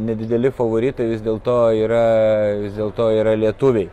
nedideli favoritai vis dėlto yra vis dėlto yra lietuviai